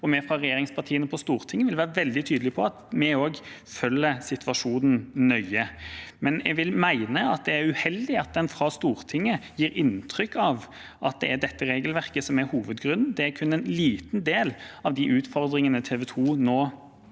og vi fra regjeringspartiene på Stortinget vil være veldig tydelige på at vi også følger situasjonen nøye. Men jeg vil mene at det er uheldig at en fra Stortinget gir inntrykk av at det er dette regelverket som er hovedgrunnen. Det er kun en liten del av de utfordringene TV 2 nå står